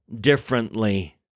differently